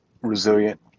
resilient